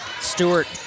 Stewart